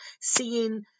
seeing